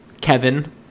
Kevin